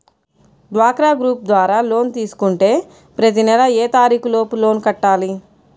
డ్వాక్రా గ్రూప్ ద్వారా లోన్ తీసుకుంటే ప్రతి నెల ఏ తారీకు లోపు లోన్ కట్టాలి?